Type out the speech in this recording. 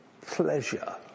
pleasure